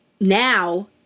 now